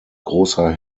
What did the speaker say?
großer